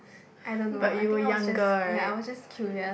but you were younger right